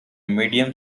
medium